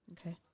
Okay